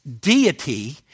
deity